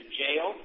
jail